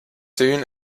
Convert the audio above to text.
soon